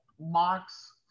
mocks